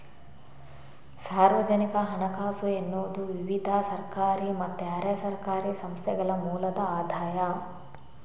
ಸಾರ್ವಜನಿಕ ಹಣಕಾಸು ಎನ್ನುವುದು ವಿವಿಧ ಸರ್ಕಾರಿ ಮತ್ತೆ ಅರೆ ಸರ್ಕಾರಿ ಸಂಸ್ಥೆಗಳ ಮೂಲದ ಆದಾಯ